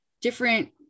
different